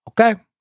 Okay